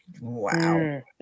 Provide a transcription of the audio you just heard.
Wow